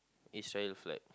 Israel flag